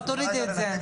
תורידי את זה.